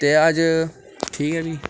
ते अज्ज ठीक ऐ भी